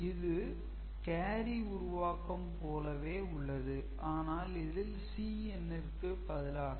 இது கேரி உருவாக்கம் போலவே உள்ளது ஆனால் இதில் Cin ற்கு பதிலாக x'y உள்ளது